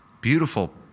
beautiful